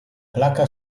placca